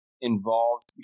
involved